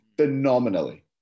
phenomenally